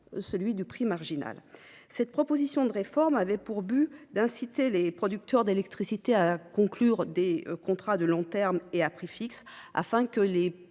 de prix marginal. Cette proposition de réforme avait pour but d’inciter les producteurs d’électricité à conclure des contrats de long terme et à prix fixe, afin que les